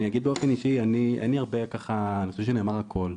אני אגיד באופן אישי, אני חושב שנאמר הכול,